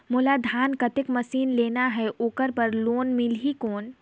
मोला धान कतेक मशीन लेना हे ओकर बार लोन मिलही कौन?